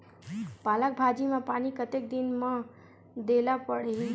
पालक भाजी म पानी कतेक दिन म देला पढ़ही?